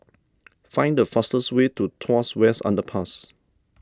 find the fastest way to Tuas West Underpass